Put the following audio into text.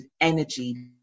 energy